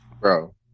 Bro